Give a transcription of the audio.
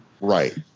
Right